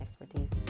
expertise